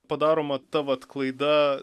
padaroma ta vat klaida